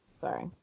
Sorry